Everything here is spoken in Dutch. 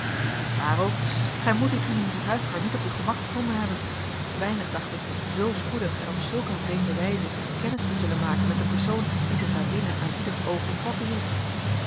t is waar ook gij moet u toen in die huifkar niet op uw gemak bevonden hebben weinig dacht ik zoo spoedig en op zulk een vreemde wijze kennis te zullen maken met de persoon die zich daarbinnen aan ieders oog onttrokken hield